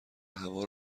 هوا